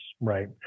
right